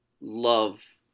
love